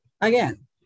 Again